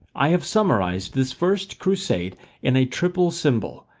i have summarised this first crusade in a triple symbol,